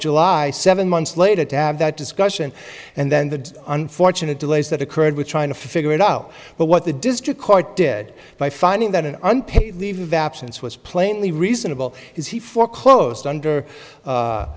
july seven months later to have that discussion and then the unfortunate delays that occurred with trying to figure it out but what the district court did by finding that an unpaid leave of absence was plainly reasonable he for close to under